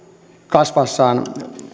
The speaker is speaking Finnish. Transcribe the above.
kasvaessaan